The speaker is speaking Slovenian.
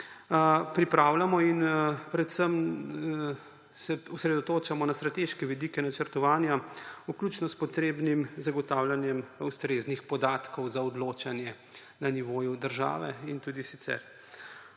pripravljamo in predvsem se osredotočamo na strateške vidike načrtovanja, vključno s potrebnim zagotavljanjem ustreznih podatkov za odločanje na nivoju države in tudi sicer.